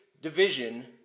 division